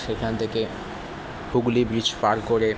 সেখান থেকে হুগলি ব্রিজ পার করে